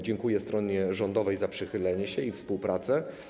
Dziękuję stronie rządowej za przychylenie się i współpracę.